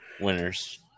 winners